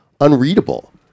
unreadable